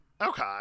okay